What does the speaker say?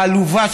העלובה,